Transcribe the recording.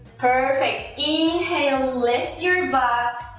perfect inhale, lift your butt,